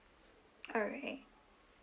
alright